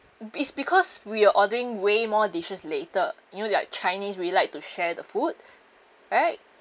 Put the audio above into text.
it's because we're ordering way more dishes later you know like chinese we like to share the food right